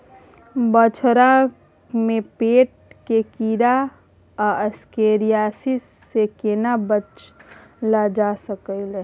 बछरा में पेट के कीरा आ एस्केरियासिस से केना बच ल जा सकलय है?